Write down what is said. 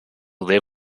live